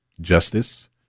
Justice